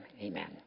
amen